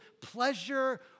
pleasure